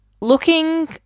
looking